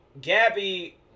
gabby